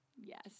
Yes